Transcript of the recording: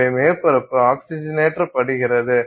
எனவே மேற்பரப்பு ஆக்ஸிஜனேற்றப்படுகிறது